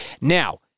Now